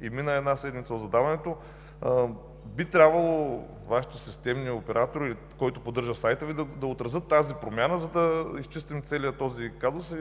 и мина една седмица от задаването, би трябвало Вашите системни оператори или който поддържа сайта Ви, да отразят тази промяна, за да изчистим целия този казус